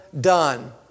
done